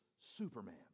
Superman